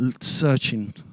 searching